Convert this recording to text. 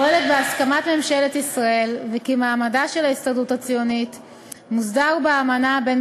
אחד ממנועי הצמיחה המשמעותיים ביותר במשק,